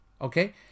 Okay